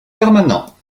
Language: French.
permanent